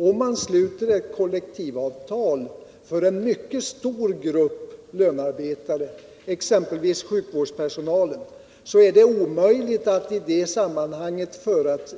Om man sluter ett kollektivavtal för en mycket stor grupp lönearbetare, exempelvis sjukvårdspersonalen, är det omöjligt att i sammanhanget